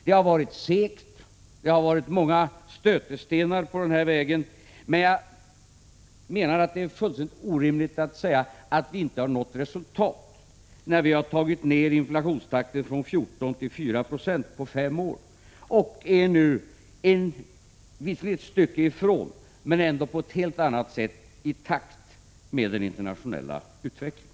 Det har varit segt, och det har varit många stötestenar på vägen, men jag menar att det är fullständigt orimligt att säga att vi inte har nått resultat när vi har bringat ned inflationstakten från 14 till 4 Yo på fem år. Vi är nu visserligen ett stycke ifrån men ändå på ett helt annat sätt i takt med den internationella utvecklingen.